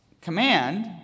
command